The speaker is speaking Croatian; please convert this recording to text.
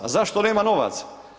Zašto nema novaca?